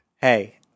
Hey